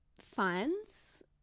finds